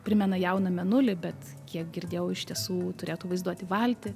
primena jauną mėnulį bet kiek girdėjau iš tiesų turėtų vaizduoti valtį